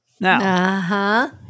Now